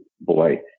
boy